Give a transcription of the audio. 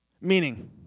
meaning